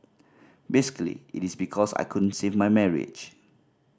basically it is because I couldn't save my marriage